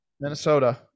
Minnesota